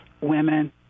women